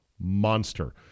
monster